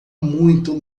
muito